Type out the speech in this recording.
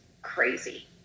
Crazy